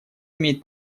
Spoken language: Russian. имеет